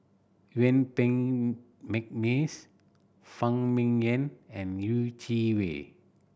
Yuen Peng McNeice Phan Ming Yen and Yeh Chi Wei